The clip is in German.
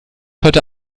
heute